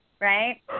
Right